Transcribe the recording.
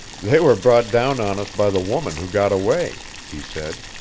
they were brought down on us by the woman who got away, he said.